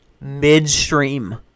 midstream